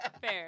Fair